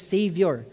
Savior